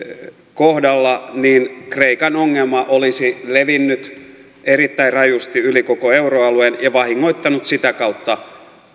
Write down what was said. kohdalla niin kreikan ongelma olisi levinnyt erittäin rajusti yli koko euroalueen ja vahingoittanut sitä kautta